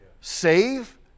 Save